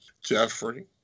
Jeffrey